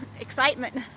excitement